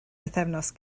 bythefnos